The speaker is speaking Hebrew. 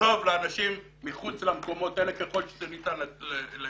טוב לאנשים מחוץ למקומות האלה ככל שזה ניתן לפתרון.